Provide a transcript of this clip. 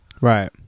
Right